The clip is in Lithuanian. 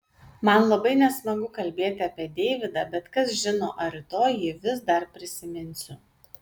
man labai nesmagu kalbėti apie deividą bet kas žino ar rytoj jį vis dar prisiminsiu